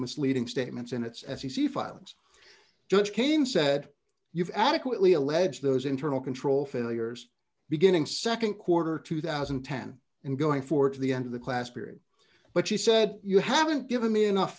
misleading statements in its as he filings judge kane said you've adequately alleged those internal control failures beginning nd quarter two thousand and ten and going forward to the end of the class period but she said you haven't given me enough